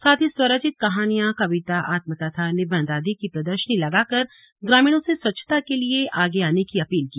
साथ ही स्वरचित कहानियां कविता आत्मकथा निबंध आदि की प्रदर्शनी लगाकर ग्रामीणों से स्वच्छता के लिए आगे आने की अपील की